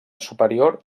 superior